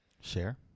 share